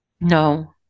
No